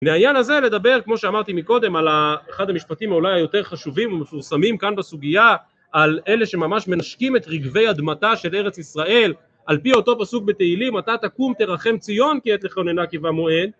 מהעניין הזה לדבר כמו שאמרתי מקודם על אחד המשפטים אולי היותר חשובים ומפורסמים כאן בסוגיה על אלה שממש מנשקים את רגבי אדמתה של ארץ ישראל על פי אותו פסוק בתהילים אתה תקום תרחם ציון כי עת לחננה כי בא מועד